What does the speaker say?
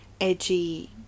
edgy